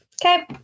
Okay